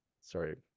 sorry